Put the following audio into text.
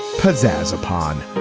put czars upon.